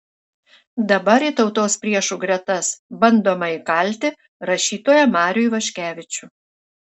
dabar į tautos priešų gretas bandoma įkalti rašytoją marių ivaškevičių